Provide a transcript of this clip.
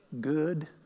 good